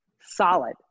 solid